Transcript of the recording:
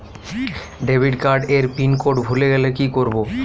Debit card এর pin code ভুলে গেলে কি করব?